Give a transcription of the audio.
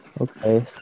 Okay